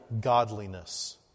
godliness